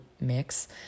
mix